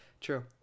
true